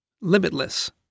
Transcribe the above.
Limitless